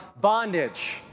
bondage